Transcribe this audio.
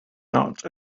not